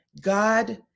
God